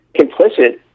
complicit